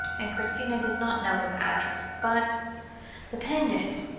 and christina does not know his address. but the pendant,